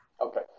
Okay